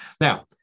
Now